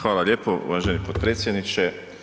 Hvala lijepo uvaženi potpredsjedniče.